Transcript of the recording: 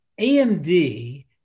AMD